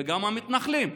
וגם המתנחלים.